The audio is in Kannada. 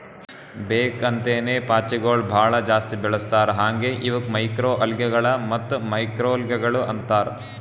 ಬೇಕ್ ಅಂತೇನೆ ಪಾಚಿಗೊಳ್ ಭಾಳ ಜಾಸ್ತಿ ಬೆಳಸ್ತಾರ್ ಹಾಂಗೆ ಇವುಕ್ ಮೈಕ್ರೊಅಲ್ಗೇಗಳ ಮತ್ತ್ ಮ್ಯಾಕ್ರೋಲ್ಗೆಗಳು ಅಂತಾರ್